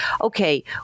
Okay